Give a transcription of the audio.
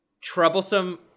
troublesome